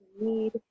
need